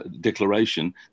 declaration